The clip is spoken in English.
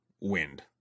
wind